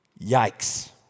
Yikes